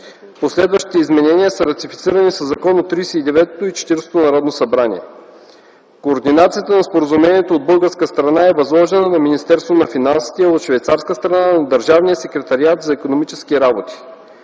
Последващите изменения са ратифицирани със закон от Тридесет и деветото и Четиридесетото Народно събрание. Координацията на споразумението от българска страна е възложена на Министерството на финансите, а от швейцарска страна – на Държавния секретариат за икономически работи.